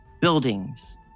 buildings